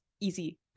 easy